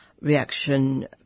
reaction